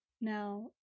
Now